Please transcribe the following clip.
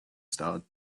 star